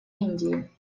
индии